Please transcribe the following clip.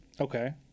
Okay